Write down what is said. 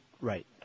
Right